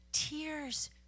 Tears